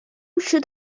should